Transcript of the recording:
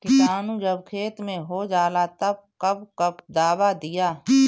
किटानु जब खेत मे होजाला तब कब कब दावा दिया?